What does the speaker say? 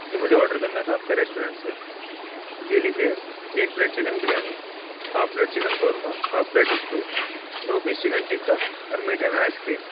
جی مجھے آڈر کرنا تھا آپ کا ریسٹورنٹ سے جی لکھیے ایک plate chicken biryani half plate chicken korma half plate stew دو پیس چکن تکا اور میٹھے میں آئس کریم